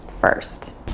first